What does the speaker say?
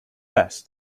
which